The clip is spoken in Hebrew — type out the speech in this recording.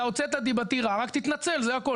אתה עכשיו הוצאת דיבתי רעה, רק תתנצל, זה הכל.